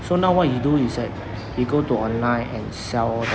so now what he do is that he go to online and sell